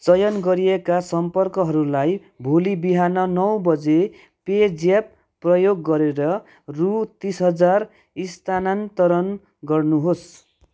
चयन गरिएका सम्पर्कहरूलाई भोलि बिहान नौ बजे पेज्याप प्रयोग गरेर रु तिस हजार स्थानान्तरण गर्नुहोस्